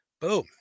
Boom